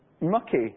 mucky